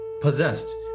possessed